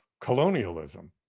colonialism